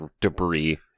debris